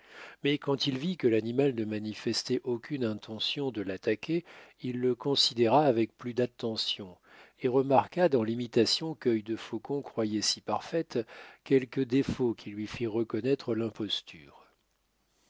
mais quand il vit que l'animal ne manifestait aucune intention de l'attaquer il le considéra avec plus d'attention et remarqua dans l'imitation quœil de faucon croyait si parfaite quelques défauts qui lui firent reconnaître l'imposture